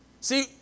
See